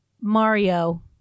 Mario